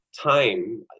time